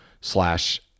slash